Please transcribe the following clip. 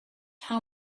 how